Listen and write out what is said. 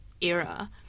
era